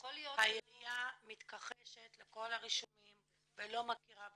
העיריה מתכחשת לכל הרישומים ולא מכירה בזה.